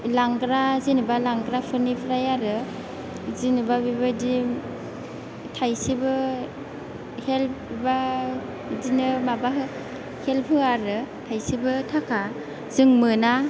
लांग्रा जेन'बा लांग्रा फोरनिफ्राय आरो जेन'बा बेबादि थाइसेबो हेल्प बा बिदिनो माबा हेल्प होआ आरो थाइसेबो थाखा जों मोना